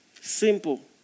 Simple